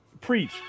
Preach